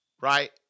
Right